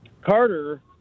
Carter